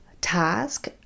task